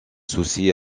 soucis